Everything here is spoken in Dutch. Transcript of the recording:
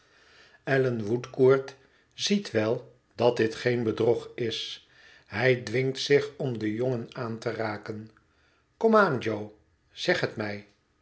allan woodcourt ziet wel dat dit geen bedrog is hij dwingt zich om den jongen aan te raken kom aan jo zeg het mij